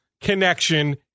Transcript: connection